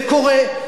זה קורה.